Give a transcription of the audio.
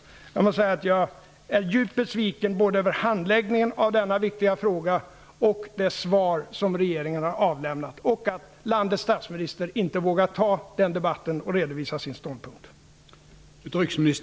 Jag måste säga att jag är djupt besviken över handläggningen av denna viktiga fråga, över det svar som regeringen har avlämnat och över att landets statsminister inte vågar ta debatten och redovisa sin ståndpunkt.